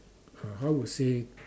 uh how to say